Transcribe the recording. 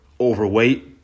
overweight